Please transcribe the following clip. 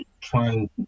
trying